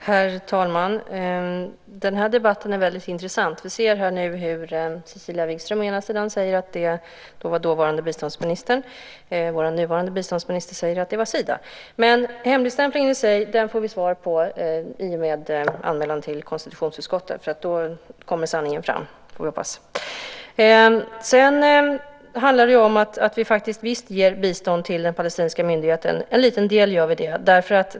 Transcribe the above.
Herr talman! Den här debatten är väldigt intressant. Vi ser hur Cecilia Wikström å ena sidan säger att det var dåvarande biståndsministern, vår nuvarande biståndsminister säger att det var Sida. Hemligstämplingen i sig får vi svar på i och med anmälan till konstitutionsutskottet. Då kommer sanningen fram, får vi hoppas. Det handlar också om att vi visst ger bistånd till den palestinska myndigheten. Till en liten del gör vi det.